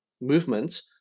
movement